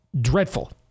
dreadful